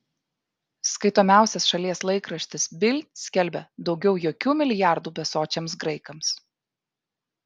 skaitomiausias šalies laikraštis bild skelbia daugiau jokių milijardų besočiams graikams